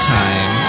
time